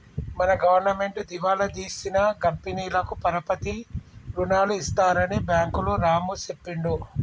మన గవర్నమెంటు దివాలా తీసిన కంపెనీలకు పరపతి రుణాలు ఇస్తారని బ్యాంకులు రాము చెప్పిండు